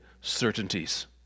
certainties